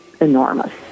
enormous